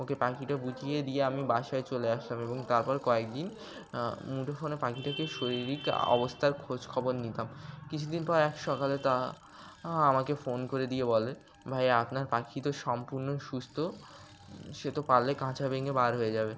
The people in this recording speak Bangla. ওকে পাখিটা বুঝিয়ে দিয়ে আমি বাসায় চলে আসলাম এবং তারপর কয়েক দিন মুঠোফোনে পাখিটার শরীরিক অবস্থার খোঁজখবর নিতাম কিছুদিন পর এক সকালে তা আমাকে ফোন করে দিয়ে বলে ভাই আপনার পাখি তো সম্পূর্ণ সুস্থ সে তো পারলে কাচ ভেঙে বার হয়ে যাবে